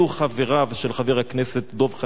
אלו חבריו של חבר הכנסת דב חנין,